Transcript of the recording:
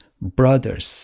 brothers